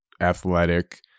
athletic